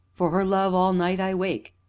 for her love, all night i wake,